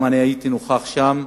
גם אני הייתי נוכח שם.